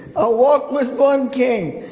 ah walked with one cane.